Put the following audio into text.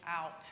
out